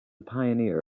pioneer